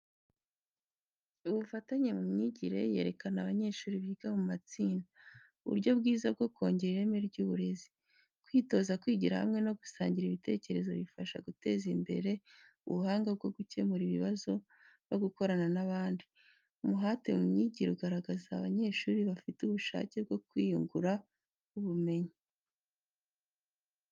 Ubufatanye mu myigire yerekana abanyeshuri biga mu matsinda, uburyo bwiza bwo kongera ireme ry’uburezi. Kwitoza kwigira hamwe no gusangira ibitekerezo bifasha guteza imbere ubuhanga bwo gukemura ibibazo no gukorana n’abandi. Umuhate mu myigire ugaragaza abanyeshuri bafite ubushake bwo kwiyungura ubumenyi.